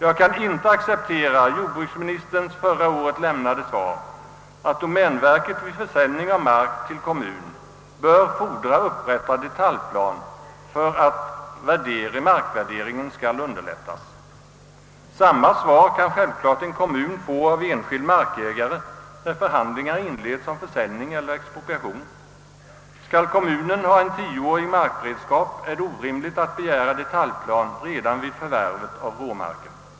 Jag kan icke acceptera jordbruksministerns förra året lämnade svar att domänverket vid försäljning av mark till kommun bör fordra upprättad detaljplan för att underlätta markvärderingen. Samma svar kan självfallet en kommun få av enskild markägare, när förhandlingar inleds om försäljning eller expropriation. Skall kommunen ha en tioårig markberedskap, är det orimligt att begära detaljplan redan vid förvärvet av råmarken.